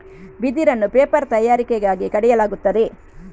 ಬಿದಿರನ್ನು ಪೇಪರ್ ತಯಾರಿಕೆಗಾಗಿ ಕಡಿಯಲಾಗುತ್ತದೆ